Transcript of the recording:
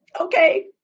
okay